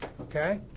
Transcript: Okay